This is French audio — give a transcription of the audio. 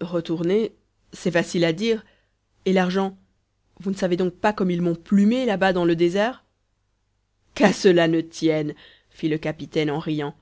retourner c'est facile à dire et l'argent vous ne savez donc pas comme ils m'ont plumé là has dans le désert qu'à cela ne tienne fit le capitaine en riant